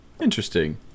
Interesting